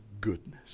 goodness